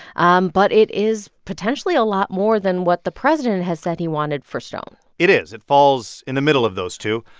um but it is potentially a lot more than what the president has said he wanted for stone it is. it falls in the middle of those two.